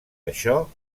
això